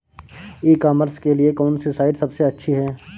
ई commerce के लिए कौनसी साइट सबसे अच्छी है?